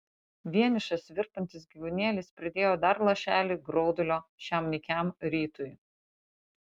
vienišas virpantis gyvūnėlis pridėjo dar lašelį graudulio šiam nykiam rytui